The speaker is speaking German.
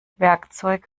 werkzeug